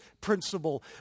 principle